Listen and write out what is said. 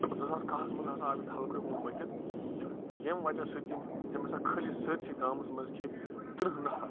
زٕ ساس کاہَس منٛز ہسا آو ییٚتہِ ہلکٲے ہوٗن مٔتِتھ تہٕ ییٚمہِ وجہ سۭتۍ تٔمۍ تٔمۍ ہَسا خٲلی ییٚتہِ سٲرسٕے گامَس منٛز کھیٚے تٕرٛہ نفر